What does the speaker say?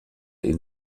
ihn